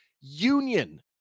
Union